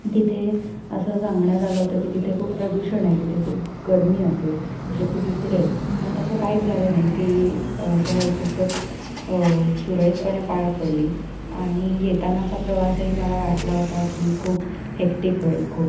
तिथे असं सांगण्यात आलं होतं की तिथे खूप प्रदूषण आहे तिथे खूप गर्मी असेल तिथे खूप उकडेल पण तसं काहीच झालं नाही ती सहल खूपच सुरळीतपणे पार पडली आणि येतानाचा प्रवासही मला वाटला होता की खूप हेक्टिक होईल खूप